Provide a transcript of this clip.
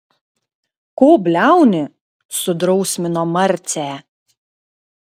ko bliauni sudrausmino marcę